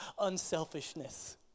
unselfishness